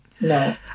no